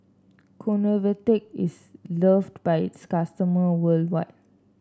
Convatec is loved by its customer worldwide